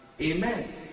Amen